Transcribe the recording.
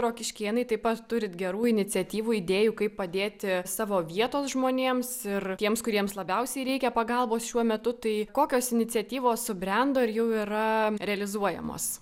rokiškėnai taip pat turit gerų iniciatyvų idėjų kaip padėti savo vietos žmonėms ir tiems kuriems labiausiai reikia pagalbos šiuo metu tai kokios iniciatyvos subrendo ir jau yra realizuojamos